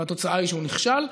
והתוצאה היא שהוא נכשל.